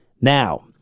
Now